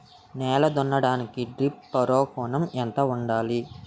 నేల దున్నడానికి disc furrow కోణం ఎంత ఉండాలి?